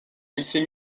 lycée